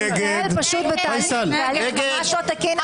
זה מתנהל בתהליך ממש לא תקין.